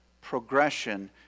progression